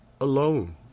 alone